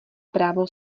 právo